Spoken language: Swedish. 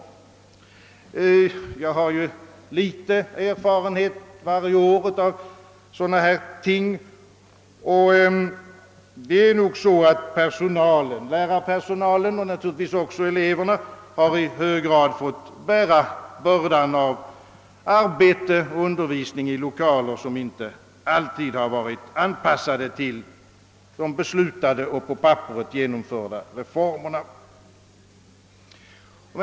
Varje år får jag litet erfarenhet av dylika problem, och det förhåller sig enligt min mening på det sättet att lärarpersonalen — och naturligtvis också eleverna — i hög grad fått bära bördan av arbete och undervisning i lokaler som inte alltid varit anpassade till de beslutade och på papperet genomförda reformerna.